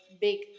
big